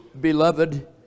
beloved